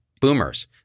Boomers